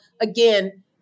again